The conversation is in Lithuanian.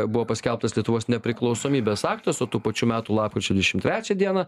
buvo paskelbtas lietuvos nepriklausomybės aktas o tų pačių metų lapkričio dvidešim trečią dieną